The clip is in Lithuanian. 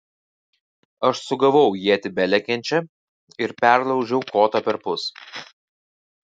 aš sugavau ietį belekiančią ir perlaužiau kotą perpus